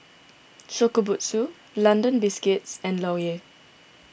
Shokubutsu London Biscuits and Laurier